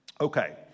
Okay